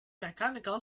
mechanical